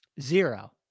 Zero